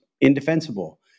indefensible